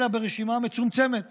אלא ברשימה מצומצמת